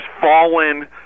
fallen